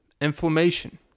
Inflammation